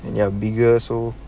and bigger so